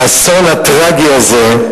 האסון הטרגי הזה,